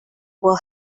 will